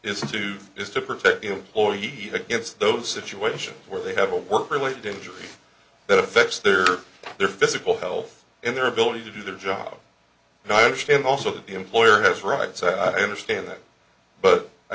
is to do is to protect the employee against those situations where they have a work related injury that affects their their physical health and their ability to do their job and i understand also that the employer has rights i understand that but i